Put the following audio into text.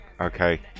okay